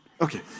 okay